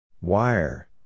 Wire